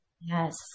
Yes